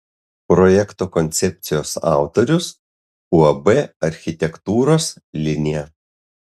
projekto koncepcijos autorius uab architektūros linija